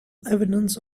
evidence